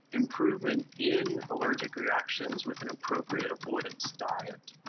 improvement in allergic reactions with an appropriate avoidance diet.